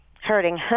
hurting